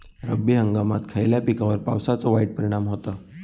रब्बी हंगामात खयल्या पिकार पावसाचो वाईट परिणाम होता?